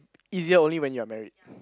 easier only when you're married